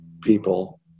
people